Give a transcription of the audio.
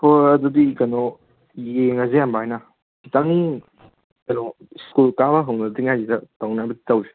ꯍꯣꯏ ꯑꯗꯨꯗꯤ ꯀꯩꯅꯣ ꯌꯦꯡꯉꯁꯦ ꯑꯗꯨꯃꯥꯏꯅ ꯈꯤꯇꯪ ꯀꯩꯅꯣ ꯁ꯭ꯀꯨꯜ ꯀꯥꯕ ꯍꯧꯅꯗ꯭ꯔꯤꯉꯩꯁꯤꯗ ꯇꯧꯅꯕ ꯇꯧꯁꯤ